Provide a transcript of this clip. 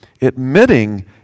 admitting